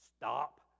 stop